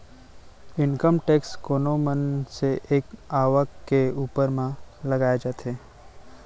income tax कोनो मनसे के आवक के ऊपर म लगाए जाथे